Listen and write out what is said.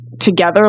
together